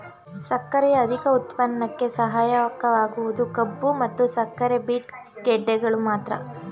ಸಕ್ಕರೆಯ ಅಧಿಕ ಉತ್ಪನ್ನಕ್ಕೆ ಸಹಾಯಕವಾಗುವುದು ಕಬ್ಬು ಮತ್ತು ಸಕ್ಕರೆ ಬೀಟ್ ಗೆಡ್ಡೆಗಳು ಮಾತ್ರ